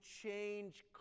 change